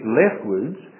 leftwards